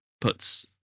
puts